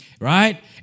right